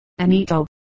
Anito